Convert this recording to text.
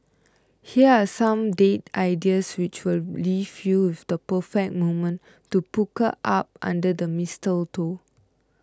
here are some date ideas which will leave you with the perfect moment to pucker up under the mistletoe